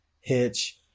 hitch